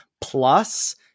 plus